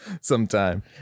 sometime